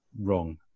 wrong